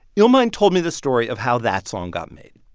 illmind told me this story of how that song got made.